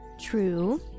True